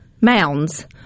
mounds